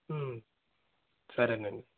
సరే అండి